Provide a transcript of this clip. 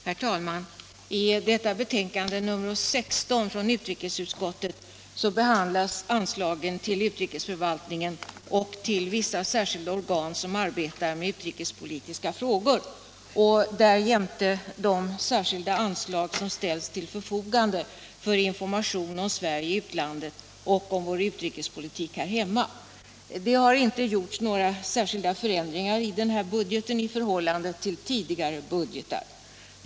Herr talman! I detta betänkande nr 16 från utrikesutskottet behandlas anslagen till utrikesförvaltningen och till vissa särskilda organ som arbetar med utrikespolitiska frågor och därjämte de särskilda anslag som ställs till förfogande för information om Sverige i utlandet och om vår utrikespolitik här hemma. Det har inte gjorts några särskilda förändringar i den här budgeten i förhållande till tidigare budgetar.